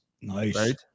Nice